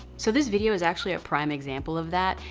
so, this video is actually a prime example of that.